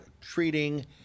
treating